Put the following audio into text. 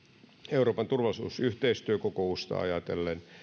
euroopan turvallisuusyhteistyökokousta ajatellen